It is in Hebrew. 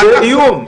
וזה איום?